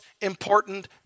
important